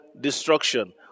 destruction